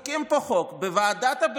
מה זה מעניין אותם?